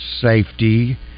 safety